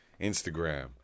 Instagram